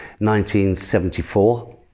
1974